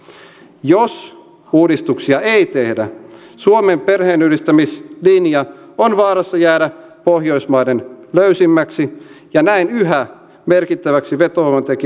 jos uudistuksia ei tehdä suomen perheenyhdistämislinja on vaarassa jäädä pohjoismaiden löysimmäksi ja näin yhä merkittäväksi vetovoimatekijäksi turvapaikanhakijoille